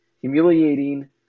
humiliating